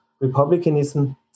republicanism